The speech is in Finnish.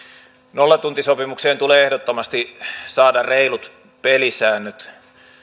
nollatuntisopimukseen tulee ehdottomasti saada reilut pelisäännöt